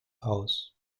haus